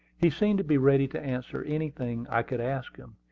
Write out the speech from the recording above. he seemed to be ready to answer anything i could ask him,